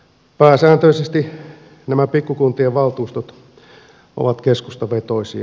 pääsääntöisesti nämä pikkukuntien valtuustot ovat keskustavetoisia